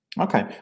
okay